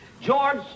George